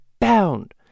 bound